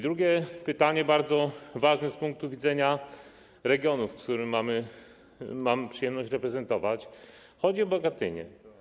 Drugie pytanie jest bardzo ważne z punktu widzenia regionów, które mam przyjemność reprezentować, a chodzi o Bogatynię.